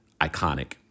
iconic